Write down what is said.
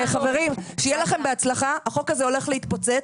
חברים, שיהיה לכם בהצלחה, החוק הזה הולך להתפוצץ.